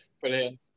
Brilliant